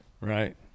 Right